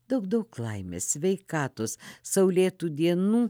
daug daug laimės sveikatos saulėtų dienų